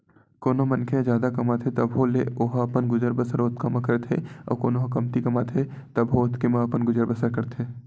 कोनो मनखे ह जादा कमाथे तभो ले ओहा अपन गुजर बसर ओतका म करथे अउ कोनो ह कमती कमाथे तभो ओतके म अपन गुजर बसर करथे